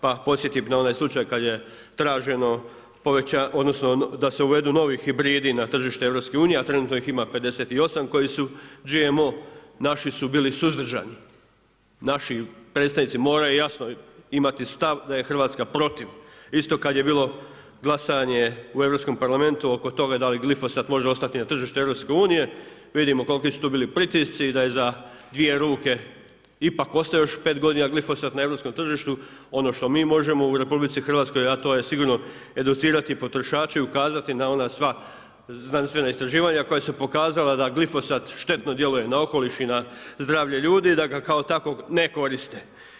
Pa podsjetio bih na onaj slučaj kada je traženo da se uvedu novi hibridi na tržište EU, a trenutno ih ima 58 koji su GMO, naši su bili suzdržani, naši predstavnici moraju jasno imati sva da je Hrvatska protiv, isto kad je bilo glasanje u Europskog parlamentu oko toga da li glifosat može ostati na tržištu EU-a, vidimo koliki su tu bili pritisci, da je za dvije ruke ipak ostaje još 5 godina glifosat na europskom tržištu, ono što mi možemo u RH a to je sigurno educirati potrošače i ukazati na ona sva znanstvena istraživanja koja su pokazala da glifosat štetno djeluje na okoliš i na zdravlje ljudi i da ga kao takvog ne koriste.